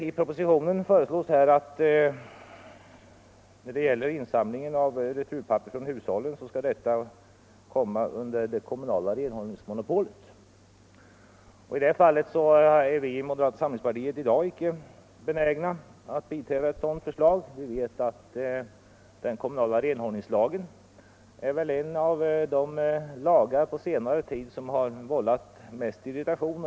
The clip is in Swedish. I propositionen föreslås att insamlingen av returpapper från hushållen skall komma under det kommunala renhållningsmonopolet. Vi inom moderata samlingspartiet är i dag inte benägna att biträda ett sådant förslag. Vi vet att den kommunala renhållningslagen är en av de lagar som på senare tid har vållat mest irritation.